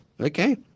Okay